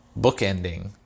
bookending